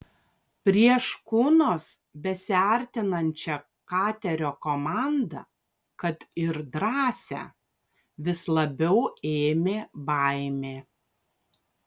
prie škunos besiartinančią katerio komandą kad ir drąsią vis labiau ėmė baimė